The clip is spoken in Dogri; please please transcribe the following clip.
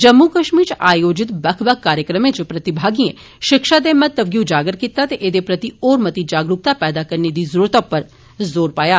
जम्मू कश्मीर इच आयोजित बक्ख बक्ख कार्यक्रमें इच प्रतिभागिएं शिक्षा दे महत्व गी उजागर कीता ते एहदे प्रति होर मती जागरूकता पैदा करने दी जरूरता उप्पर जोर पाया